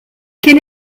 quel